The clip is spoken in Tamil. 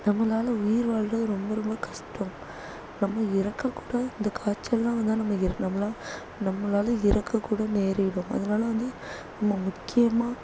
நம்மளால் உயிர் வாழ்றது ரொம்ப ரொம்ப கஷ்டம் நம்ம இறக்க கூட இந்த காய்ச்செல்லாம் வந்தால் நம்ம இற நம்மள நம்மளால இறக்க கூட நேரிடும் அதனால வந்து நம்ம முக்கியமாக